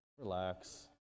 Relax